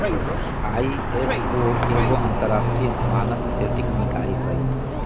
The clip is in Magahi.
आई.एस.ओ एगो अंतरराष्ट्रीय मानक सेटिंग निकाय हइ